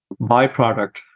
byproduct